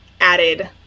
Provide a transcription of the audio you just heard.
added